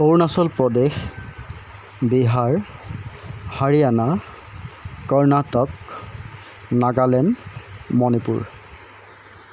Arunachal Pradesh Bihar Haryana Karnataka Nagaland Manipur